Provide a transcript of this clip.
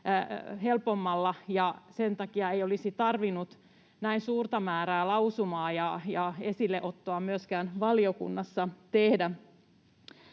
helpommalla. Sen takia ei olisi tarvinnut myöskään näin suurta määrää lausumia ja esille ottoja valiokunnassa tehdä.